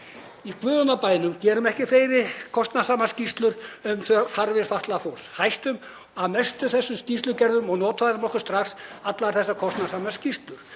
Í guðanna bænum gerum ekki fleiri kostnaðarsamar skýrslur um þarfir fatlaðs fólks. Hættum að mestu þessum skýrslugerðum og notfærum okkur strax allar þessar kostnaðarsömu skýrslur,